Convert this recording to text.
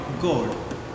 gold